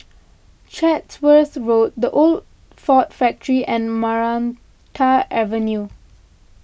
Chatsworth Road the Old Ford Factor and Maranta Avenue